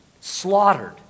slaughtered